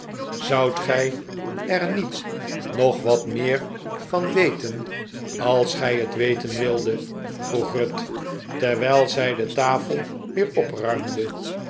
zoudt gij er niet nog wat meer van weten als gij het weten wildet vroeg ruth terwijl zij de tafel weer opruimde